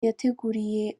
yateguriye